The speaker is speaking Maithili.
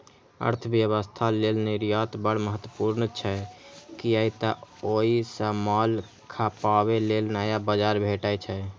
अर्थव्यवस्था लेल निर्यात बड़ महत्वपूर्ण छै, कियै तं ओइ सं माल खपाबे लेल नया बाजार भेटै छै